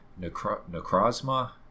Necrozma